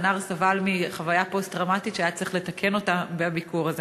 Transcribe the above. והנער סבל מחוויה פוסט-טראומטית שהיה צריך לתקן אותה בביקור הזה.